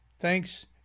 Thanks